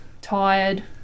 tired